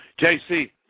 JC